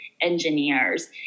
engineers